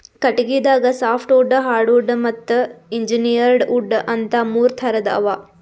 ಕಟಗಿದಾಗ softwood hardwood ಮತ್ತ್ engineered wood ಅಂತಾ ಮೂರ್ ಥರದ್ ಅವಾ